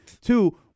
Two